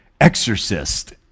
exorcist